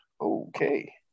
Okay